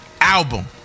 Album